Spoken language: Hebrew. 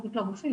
לא רק לרופאים,